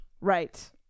Right